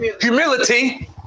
humility